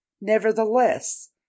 Nevertheless